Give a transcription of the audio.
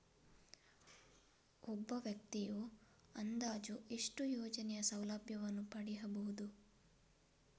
ಒಬ್ಬ ವ್ಯಕ್ತಿಯು ಅಂದಾಜು ಎಷ್ಟು ಯೋಜನೆಯ ಸೌಲಭ್ಯವನ್ನು ಪಡೆಯಬಹುದು?